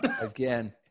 again